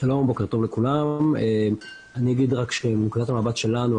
אני אדבר מנקודת המבט שלנו,